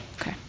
Okay